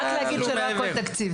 רק להגיד שלא הכול תקציב.